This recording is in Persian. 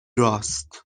راست